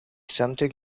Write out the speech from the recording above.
something